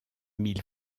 mile